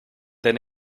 their